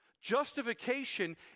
justification